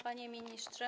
Panie Ministrze!